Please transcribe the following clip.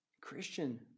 christian